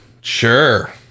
sure